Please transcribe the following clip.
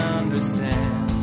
understand